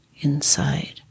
inside